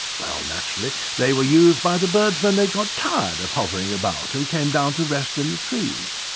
well, naturally they were used by the birds when they got tired of hovering about and came down to rest in the trees.